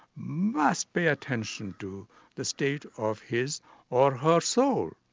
must pay attention to the state of his or her soul.